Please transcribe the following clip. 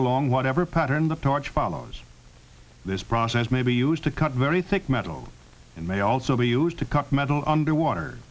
along whatever pattern the torch follows this process may be used to cut very thick metal and may also be used to cut metal underwater